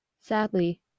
Sadly